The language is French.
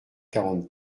quarante